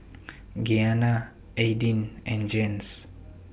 Gianna Aidyn and Jens